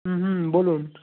হুম হুম বলুন